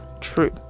true